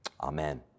Amen